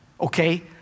Okay